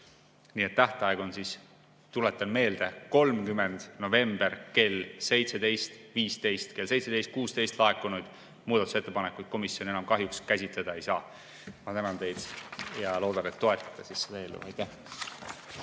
Nii et tähtaeg on, tuletan meelde, 30. november kell 17.15. Kell 17.16 laekunud muudatusettepanekuid komisjon enam kahjuks käsitleda ei saa. Ma tänan teid ja loodan, et te toetate seda eelnõu.